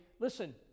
listen